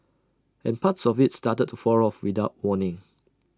and parts of IT started to fall off without warning